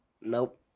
Nope